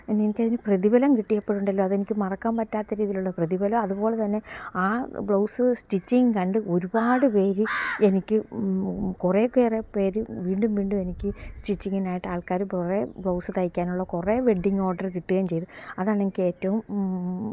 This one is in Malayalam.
എനിക്കതിന് പ്രതിഫലം കിട്ടിയപ്പോഴുണ്ടല്ലോ അതെനിക്ക് മറക്കാൻ പറ്റാത്ത രീതിയിലുള്ള പ്രതിഫലവും അതുപോലെ തന്നെ ആ ബ്ലൗസ് സ്റ്റിച്ചിംഗ് കണ്ട് ഒരുപാട് പേർ എനിക്ക് കുറേക്കേറെ പേർ വീണ്ടും വീണ്ടും എനിക്ക് സ്റ്റിച്ചിങ്ങിനായിട്ട് ആൾക്കാർ കുറേ ബ്ലൗസ് തയ്ക്കാനുള്ള കുറേ വെഡ്ഡിങ്ങ് ഓർഡർ കിട്ടുകയും ചെയ്തു അതാണ് എനിക്ക് ഏറ്റവും